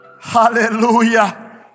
Hallelujah